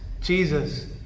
Jesus